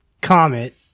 comet